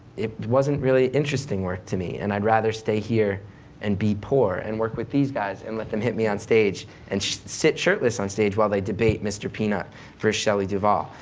it wasn't really interesting work to me and i'd rather stay here and be poor, and work with these guys and let them hit me on stage. and sit shirtless on stage while they debate mr. peanut versus shelley duvall.